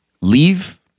leave